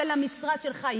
של המשרד שלך,